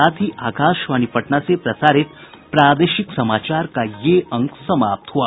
इसके साथ ही आकाशवाणी पटना से प्रसारित प्रादेशिक समाचार का ये अंक समाप्त हुआ